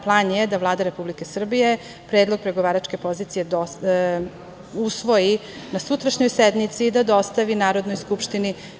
Plan je da Vlada Republike Srbije, predlog pregovaračke pozicije usvoji na sutrašnjoj sednici i da dostavi Narodnoj skupštini.